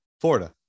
Florida